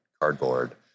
cardboard